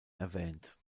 erwähnt